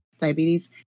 diabetes